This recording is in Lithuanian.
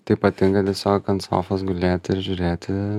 tai patinka tiesiog ant sofos gulėti ir žiūrėti